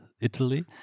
Italy